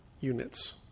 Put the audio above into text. units